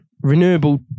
Renewable